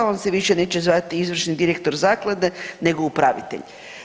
On se više neće zvati izvršni direktor zaklade nego upravitelj.